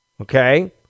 okay